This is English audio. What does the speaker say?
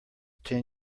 ten